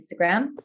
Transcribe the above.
Instagram